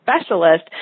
Specialist